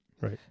Right